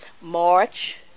March